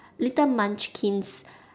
little munchkins